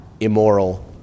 immoral